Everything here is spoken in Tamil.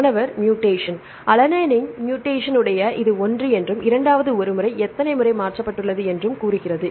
மாணவர் மூடேசன் அலனைனின் மூடேசன் உடைய இது ஒன்று என்றும் இரண்டாவது ஒரு முறை எத்தனை முறை மாற்றப்பட்டுள்ளது என்றும் கூறுகிறது